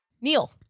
Neil